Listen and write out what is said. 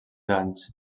anys